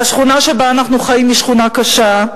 והשכונה שבה אנחנו חיים היא שכונה קשה,